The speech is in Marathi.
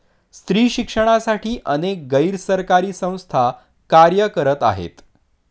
स्त्री शिक्षणासाठी अनेक गैर सरकारी संस्था कार्य करत आहेत